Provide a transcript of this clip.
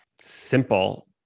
simple